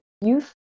youth